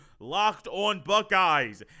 LockedonBuckeyes